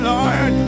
Lord